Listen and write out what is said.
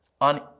on